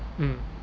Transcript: mm